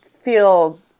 feel